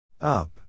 Up